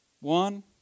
One